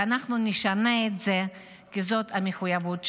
ואנחנו נשנה את זה כי זאת המחויבות שלנו.